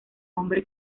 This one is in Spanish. hombre